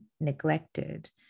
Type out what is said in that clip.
neglected